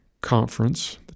conference—